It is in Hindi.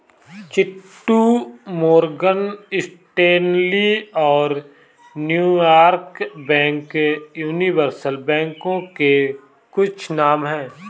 चिंटू मोरगन स्टेनली और न्यूयॉर्क बैंक यूनिवर्सल बैंकों के कुछ नाम है